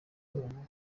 ubu